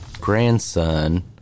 grandson